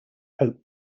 hope